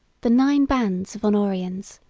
the nine bands of honorians,